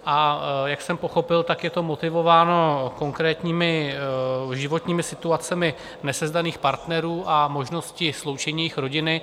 A jak jsem pochopil, je to motivováno konkrétními životními situacemi nesezdaných partnerů a možností sloučení jejich rodiny.